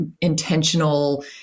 intentional